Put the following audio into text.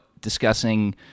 discussing